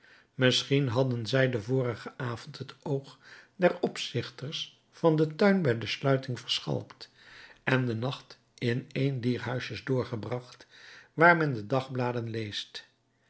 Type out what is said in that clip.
misschien hadden zij den vorigen avond het oog der opzichters van den tuin bij de sluiting verschalkt en den nacht in een dier huisjes doorgebracht waar men de dagbladen leest